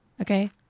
Okay